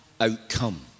outcome